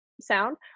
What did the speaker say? sound